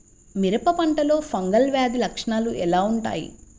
మిరప పంటలో ఫంగల్ వ్యాధి లక్షణాలు ఎలా వుంటాయి?